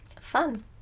Fun